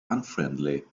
unfriendly